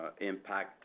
impact